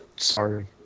Sorry